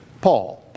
Paul